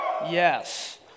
yes